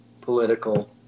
political